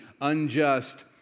unjust